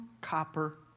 copper